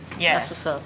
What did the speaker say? Yes